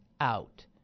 out